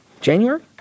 January